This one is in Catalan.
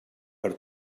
per